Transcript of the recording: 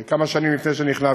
כמה שנים לפני שנכנסתי.